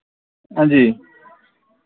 हां जी